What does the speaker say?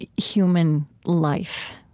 ah human life.